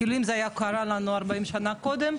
כאילו אם זה היה קורה לנו 40 שנה קודם,